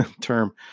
term